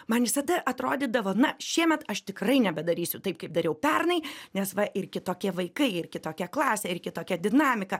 man visada atrodydavo na šiemet aš tikrai nebedarysiu taip kaip dariau pernai nes va ir kitokie vaikai ir kitokia klasė ir kitokia dinamika